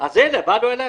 אז הינה, באנו אלייך.